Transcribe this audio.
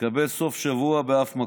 תקבל סוף שבוע באף מקום: